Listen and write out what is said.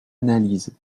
analyse